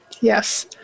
Yes